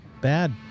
bad